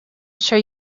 sure